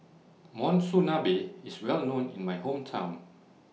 Monsunabe IS Well known in My Hometown